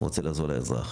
רוצה לעזור לאזרח.